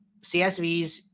csvs